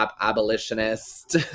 abolitionist